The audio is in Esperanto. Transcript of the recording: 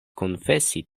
konfesi